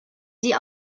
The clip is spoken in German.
sie